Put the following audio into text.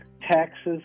taxes